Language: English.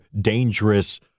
dangerous